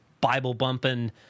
Bible-bumping